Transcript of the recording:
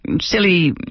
silly